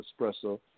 espresso